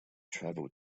travel